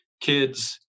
Kids